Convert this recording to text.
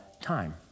time